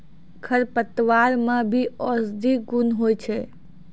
खरपतवार मे भी औषद्धि गुण होय छै